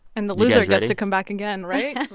and the loser gets to come back again, right?